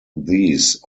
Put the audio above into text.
these